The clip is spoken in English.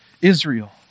Israel